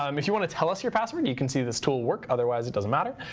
um if you want to tell us your password, you can see this tool work. otherwise it doesn't matter.